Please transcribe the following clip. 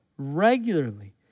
regularly